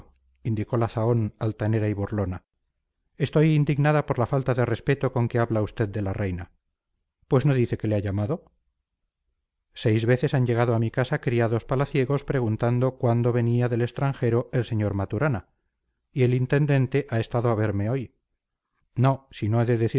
indicó la zahón altanera y burlona estoy indignada por la falta de respeto con que habla usted de la reina pues no dice que le ha llamado seis veces han llegado a mi casa criados palaciegos preguntando cuándo venía del extranjero el sr maturana y el intendente ha estado a verme hoy no si no he